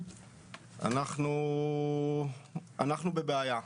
אנחנו בבעיה.